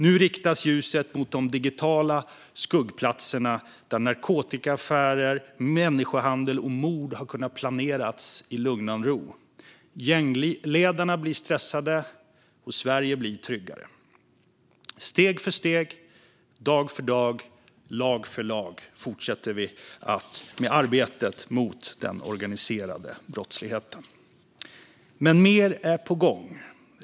Nu riktas ljuset mot de digitala skuggplatser där narkotikaaffärer, människohandel och mord har kunnat planeras i lugnan ro. Gängledarna blir stressade. Sverige blir tryggare. Steg för steg, dag för dag och lag för lag fortsätter vi med arbetet mot den organiserade brottsligheten. Men mer är på gång.